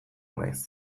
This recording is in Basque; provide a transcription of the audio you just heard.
naiz